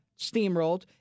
Steamrolled